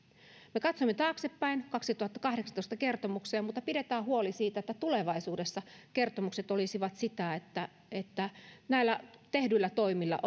me katsomme taaksepäin kaksituhattakahdeksantoista kertomukseen mutta pidetään huoli siitä että tulevaisuudessa kertomukset olisivat sitä että että näillä tehdyillä toimilla